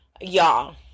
y'all